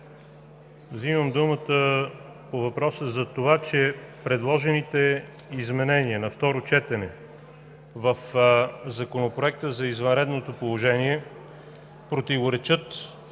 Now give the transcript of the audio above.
Взимам думата по това, че предложените изменения на второ четене в Законопроекта за извънредното положение противоречат